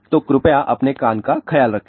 तो कृपया अपने कान का ख्याल रखें